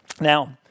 Now